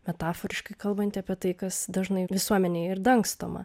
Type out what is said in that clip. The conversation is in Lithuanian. metaforiškai kalbanti apie tai kas dažnai visuomenėje ir dangstoma